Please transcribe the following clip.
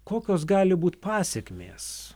kokios gali būt pasekmės